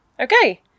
Okay